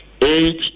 eight